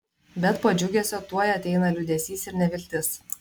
bet po džiugesio tuoj ateina liūdesys ir neviltis